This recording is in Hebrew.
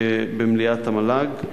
במליאת המל"ג.